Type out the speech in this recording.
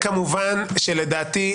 כמובן לדעתי,